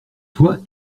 toi